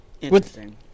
interesting